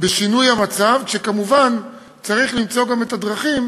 בשינוי המצב, כשכמובן צריך למצוא גם את הדרכים